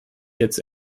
jetzt